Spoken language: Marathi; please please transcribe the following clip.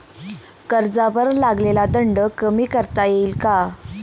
कर्जावर लागलेला दंड कमी करता येईल का?